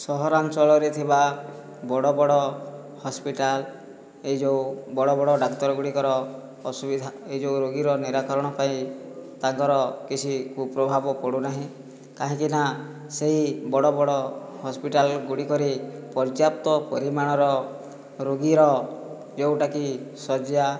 ସହରାଞ୍ଚଳରେ ଥିବା ବଡ଼ ବଡ଼ ହସ୍ପିଟାଲ ଏହି ଯେଉଁ ବଡ଼ ବଡ଼ ଡାକ୍ତରଗୁଡ଼ିକର ଅସୁବିଧା ଏହି ଯେଉଁ ରୋଗୀର ନିରାକରଣ ପାଇଁ ତାଙ୍କର କିଛି କୁପ୍ରଭାବ ପଡ଼ୁନାହିଁ କାହିଁକିନା ସେହି ବଡ଼ ବଡ଼ ହସ୍ପିଟାଲଗୁଡ଼ିକରେ ପର୍ଯ୍ୟାପ୍ତ ପରିମାଣର ରୋଗୀର ଯେଉଁଟାକି ଶଯ୍ୟା